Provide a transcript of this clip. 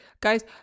guys